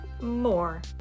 more